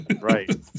Right